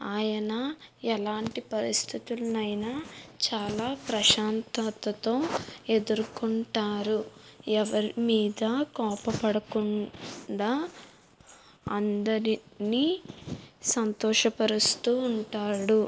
ఆయన ఎలాంటి పరిస్థితుల్ని అయినా చాలా ప్రశాంతతతో ఎదుర్కొంటారు ఎవరి మీద కోప పడకుండా అందరిని సంతోషపరుస్తూ ఉంటాడు